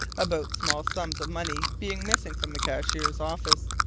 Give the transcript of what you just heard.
about small sums of money being missing from the cashier's office.